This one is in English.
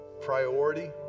priority